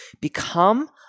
become